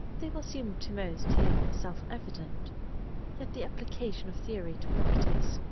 they will seem to most here self-evident yet the application of theory to practice,